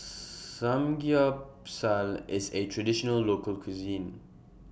Samgyeopsal IS A Traditional Local Cuisine